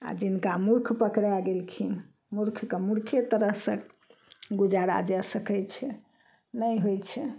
आओर जिनका मूर्ख पकड़ा गेलखिन मूर्खके मूर्खे तरहसँ गुजारा जा सकय छै नहि होइ छै